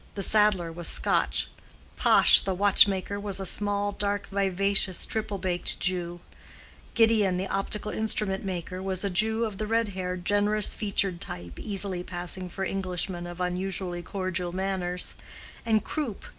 the saddler, was scotch pash, the watchmaker, was a small, dark, vivacious, triple-baked jew gideon, the optical instrument maker, was a jew of the red-haired, generous-featured type easily passing for englishmen of unusually cordial manners and croop,